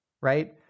right